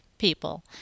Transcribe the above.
people